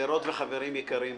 וחברים יקרים,